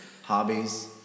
Hobbies